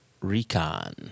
Recon